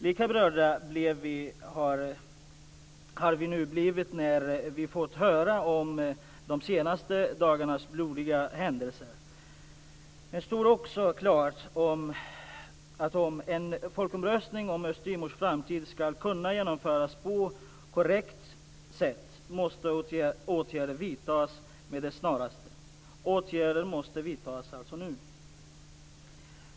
Lika berörda har vi nu blivit över att höra om de senaste dagarnas blodiga händelser. Om en folkomröstning om Östtimors framtid skall kunna genomföras på korrekt sätt måste åtgärder vidtas med det snaraste, dvs. nu.